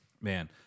man